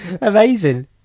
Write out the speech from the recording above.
Amazing